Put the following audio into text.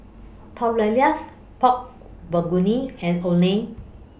Tortillas Pork Bulgogi and Oden